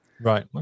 Right